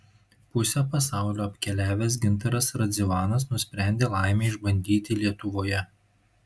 pusę pasaulio apkeliavęs gintaras radzivanas nusprendė laimę išbandyti lietuvoje